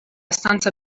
stanza